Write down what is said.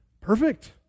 perfect